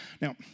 Now